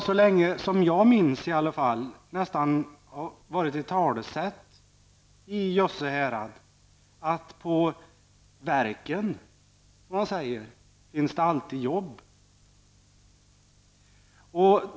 Så länge som jag minns i alla fall har det varit ett talesätt i Jösse härad att på ''Verken'', som man säger, finns det alltid jobb.